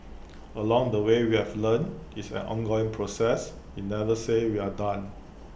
along the way we've learnt it's an ongoing process you never say we're done